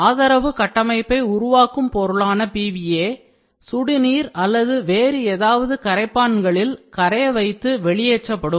ஆதரவு கட்டமைப்பை உருவாக்கும் பொருளான PVA சுடுநீர் அல்லது வேறு ஏதாவது கரைப்பான்களில் கரைய வைத்து வெளியேற்றப்படும்